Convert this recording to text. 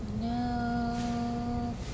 No